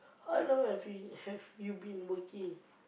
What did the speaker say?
how long have you have you been working